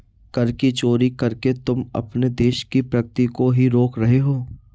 कर की चोरी करके तुम अपने देश की प्रगती को ही रोक रहे हो